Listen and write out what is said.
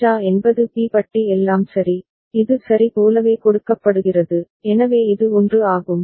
JA என்பது B பட்டி எல்லாம் சரி இது சரி போலவே கொடுக்கப்படுகிறது எனவே இது 1 ஆகும்